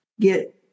get